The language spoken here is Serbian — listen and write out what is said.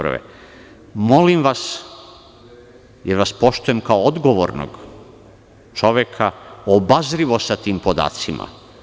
Molim vas, jer vas poštujem kao odgovornog čoveka, obazrivo sa tim podacima.